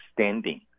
standing